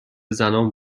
زنان